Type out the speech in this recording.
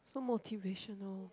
so motivational